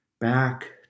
back